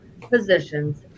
positions